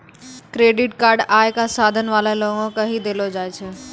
credit card आय क साधन वाला लोगो के ही दयलो जाय छै